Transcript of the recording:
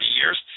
years